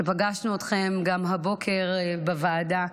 שגם פגשנו הבוקר בוועדה,